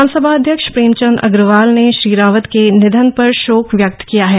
विधानसभा अध्यक्ष प्रेम चंद अग्रवाल ने श्री रावत के निधन पर शोक व्यक्त किया है